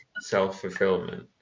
self-fulfillment